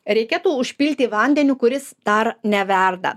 reikėtų užpilti vandeniu kuris dar neverda